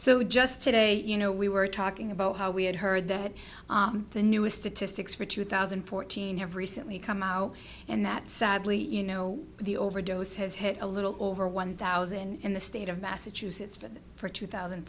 so just today you know we were talking about how we had heard that the new a statistic for two thousand and fourteen have recently come out and that sadly you know the overdose has hit a little over one thousand in the state of massachusetts but for two thousand